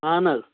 اَہن حظ